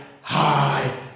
high